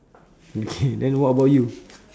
okay then what about you